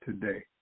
today